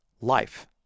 life